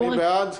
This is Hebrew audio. מי בעד?